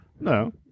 No